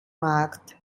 markt